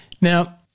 Now